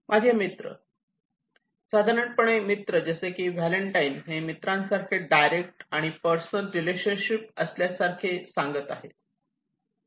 माझे मित्र साधारणपणे मित्र जसे की व्हॅलेंटाईन हे मित्रांसारखे डायरेक्ट आणि पर्सनल रिलेशनशिप असल्याचे सांगत आहे